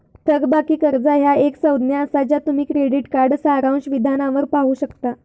थकबाकी कर्जा ह्या एक संज्ञा असा ज्या तुम्ही क्रेडिट कार्ड सारांश विधानावर पाहू शकता